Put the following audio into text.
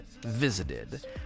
visited